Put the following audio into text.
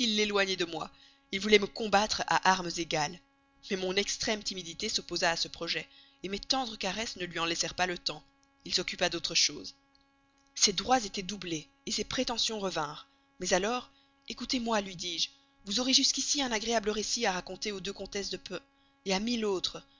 de moi il voulait me combattre à armes égales mais mon extrême timidité s'opposa à ce projet mes tendres caresses ne lui en laissèrent pas le temps il s'occupa d'autre chose ses droits étaient doublés ses prétentions revinrent mais alors ecoutez-moi lui dis-je vous aurez jusqu'ici un assez agréable récit à faire aux deux comtesses de p à mille autres